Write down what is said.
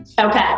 Okay